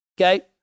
Okay